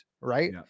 right